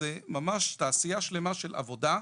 זה ממש תעשייה שלמה של עבודה,